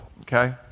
okay